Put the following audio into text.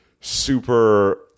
super